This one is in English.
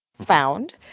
found